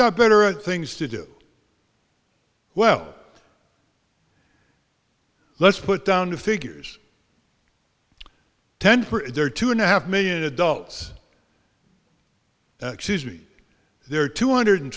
got better things to do well let's put down the figures ten there are two and a half million adults excuse me there are two hundred